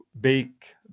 bake